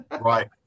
Right